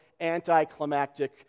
anticlimactic